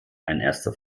erster